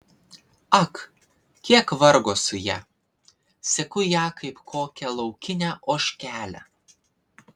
ak kiek vargo su ja seku ją kaip kokią laukinę ožkelę